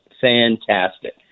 fantastic